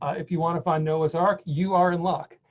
if you want to find noah's ark, you are in luck.